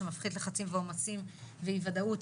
שמפחית לחצים ועומסים ואי וודאות,